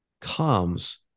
comes